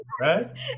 Right